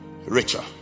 Richer